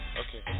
okay